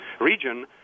region